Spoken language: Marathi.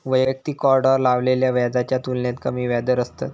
वैयक्तिक कार्डार लावलेल्या व्याजाच्या तुलनेत कमी व्याजदर असतत